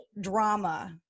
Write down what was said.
drama